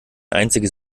einziges